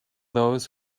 those